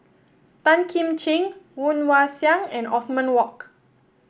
Tan Kim Ching Woon Wah Siang and Othman Wok